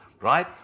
right